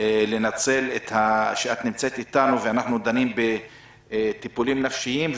לנצל את העובדה שאת נמצאת איתנו ואנחנו דנים בטיפולים נפשיים.